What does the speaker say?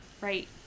Right